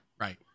Right